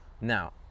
Now